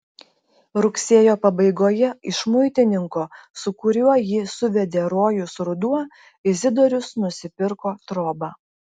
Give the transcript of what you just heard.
rugsėjo pabaigoje iš muitininko su kuriuo jį suvedė rojus ruduo izidorius nusipirko trobą